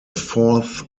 fourth